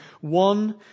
One